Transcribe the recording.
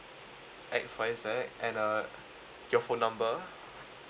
X Y Z and uh your phone number